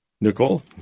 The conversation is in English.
Nicole